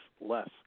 less